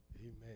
amen